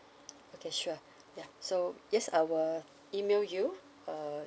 okay sure ya so yes I will email you uh